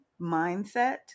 mindset